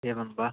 एवं वा